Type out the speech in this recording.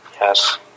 Yes